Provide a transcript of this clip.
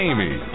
Amy